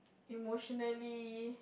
emotionally